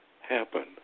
happen